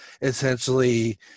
essentially